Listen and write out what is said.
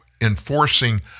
enforcing